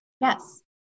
Yes